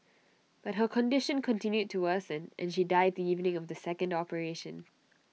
but her condition continued to worsen and she died the evening of the second operation